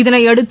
இதனையடுத்து